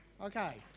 Okay